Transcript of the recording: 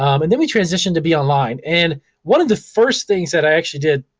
um and then we transitioned to be online. and one of the first things that i actually did,